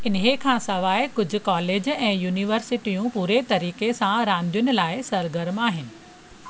हिन ई खां सवाइ कुझु कॉलेज ऐं युनिवर्सिटियूं पूरे तरीक़े सां रांदियुनि लाइ सरगर्म आहिनि